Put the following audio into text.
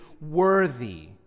worthy